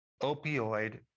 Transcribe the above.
opioid